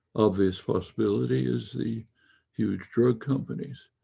obvious possibility is the huge drug companies.